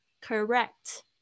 correct